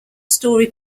story